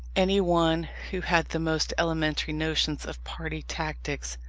any one who had the most elementary notions of party tactics,